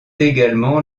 également